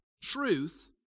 truth